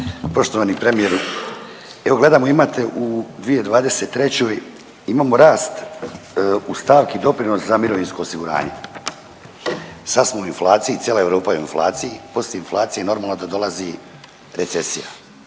Poštovani premijeru, evo gledam, imate u 2023. imamo rast u stavki doprinos za mirovinsko osiguranje. Sad smo u inflaciji, cijela Europa je u inflaciji, poslije inflacije normalno da dolazi recesija,